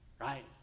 right